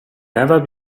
never